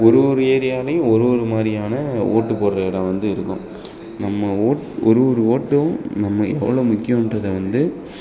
ஒரு ஒரு ஏரியாலையும் ஒரு ஒரு மாதிரியான ஓட்டு போடுற இடம் வந்து இருக்கும் நம்ம ஓட் ஒரு ஒரு ஓட்டும் நம்ம எவ்வளோ முக்கியன்றத வந்து